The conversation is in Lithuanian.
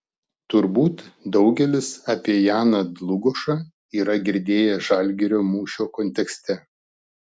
turbūt daugelis apie janą dlugošą yra girdėję žalgirio mūšio kontekste